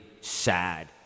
sad